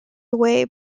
away